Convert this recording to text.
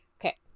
Okay